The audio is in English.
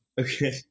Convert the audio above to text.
Okay